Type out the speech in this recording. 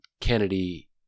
Kennedy